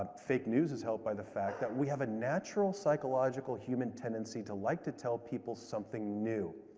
um fake news is helped by the fact that we have a natural psychological human tendency to like to tell people something new,